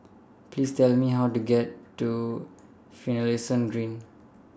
Please Tell Me How to get to Finlayson Green